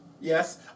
Yes